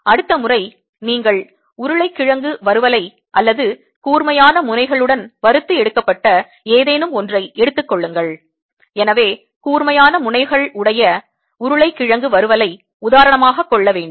அடுத்த முறை நீங்கள் உருளைக்கிழங்கு வறுவலை அல்லது கூர்மையான முனைகள் உடன் வறுத்து எடுக்கப்பட்ட ஏதேனும் ஒன்றை எடுத்துக்கொள்ளுங்கள் எனவே கூர்மையான முனைகள் உடைய உருளைக்கிழங்கு வறுவலை உதாரணமாகக்க்கொள்ள வேண்டும்